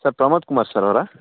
sir Pramod Kumar sir ಅವರಾ